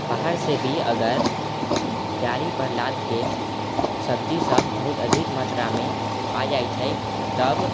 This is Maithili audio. बाहरसँ भी अगर गाड़ीपर लादिकऽ सब्जी सब बहुत अधिक मात्रामे आबि जाइ छै तब